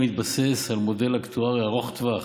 המתבסס על מודל אקטוארי ארוך טווח,